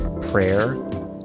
prayer